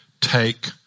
take